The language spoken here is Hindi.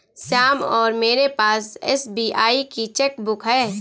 श्याम और मेरे पास एस.बी.आई की चैक बुक है